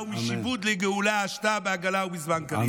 לאורה ומשעבוד לגאולה השתא בעגלא ובזמן קריב".